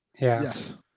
Yes